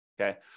okay